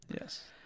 Yes